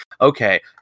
okay